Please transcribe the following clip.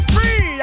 Free